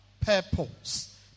Purpose